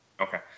Okay